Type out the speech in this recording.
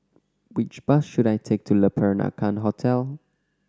which bus should I take to Le Peranakan Hotel